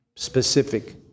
Specific